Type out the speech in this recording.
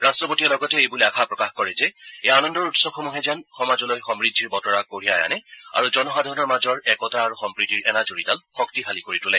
ৰাট্টপতিয়ে লগতে এইবুলি আশা প্ৰকাশ কৰে যে এই আনন্দৰ উৎসৱসমূহে যেন সমাজলৈ সমূদ্ধিৰ বতৰা কঢ়িয়াই আনে আৰু জনসাধাৰণ মাজৰ একতা আৰু সম্প্ৰীতিৰ এনাজৰীডাল শক্তিশালী কৰি তোলে